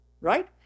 right